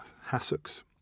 Hassocks